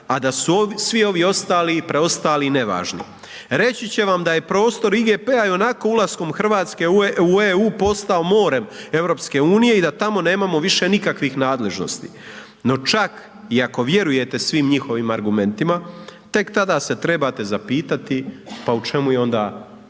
a da su svi ovi ostali, preostali nevažni. Reći će vam da je prostor IGP-a i onako ulaskom Hrvatske u EU postao morem EU i da tamo nemamo više nikakvih nadležnosti. No, čak i ako vjerujete svim njihovim argumentima tek tada se trebate zapitati, pa u čemu je onda